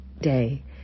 day